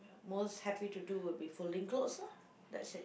most happy to do will be folding clothes loh that's it